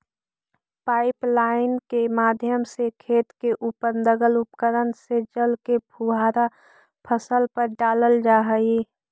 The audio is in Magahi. पाइपलाइन के माध्यम से खेत के उपर लगल उपकरण से जल के फुहारा फसल पर डालल जा हइ